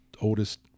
oldest